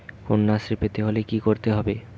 কন্যাশ্রী পেতে হলে কি করতে হবে?